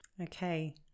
okay